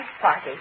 party